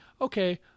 okay